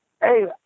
Hey